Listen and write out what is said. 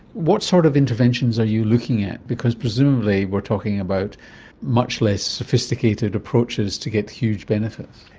what sort of interventions are you looking at? because presumably we're talking about much less sophisticated approaches to get huge benefits.